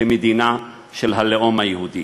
כמדינה של הלאום היהודי.